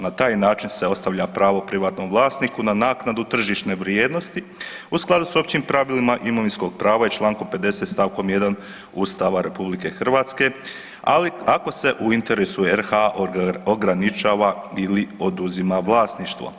Na taj način se ostavlja pravo privatnom vlasniku na naknadu tržišne vrijednosti u skladu s općim pravilima imovinskog prava i Člankom 50. stavkom 1. Ustava RH, ali ako se u interesu RH ograničava ili oduzima vlasništvo.